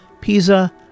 Pisa